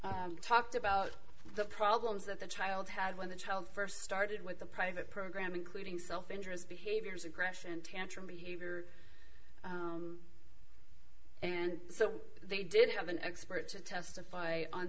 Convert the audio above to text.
talked about the problems that the child had when the child first started with the private program including self interest behaviors aggression tantrum behavior and so they didn't have an expert to testify on